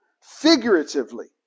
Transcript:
figuratively